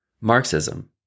Marxism